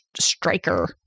Striker